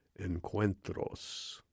Encuentros